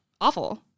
awful